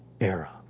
era